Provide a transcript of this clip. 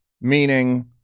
Meaning